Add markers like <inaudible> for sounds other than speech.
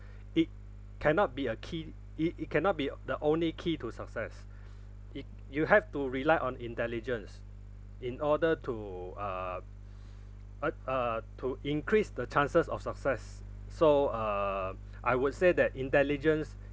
it cannot be a key it it cannot be the only key to success it you have to rely on intelligence in order to uh <breath> ugh uh to increase the chances of success so err I would say that intelligence